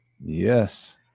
Yes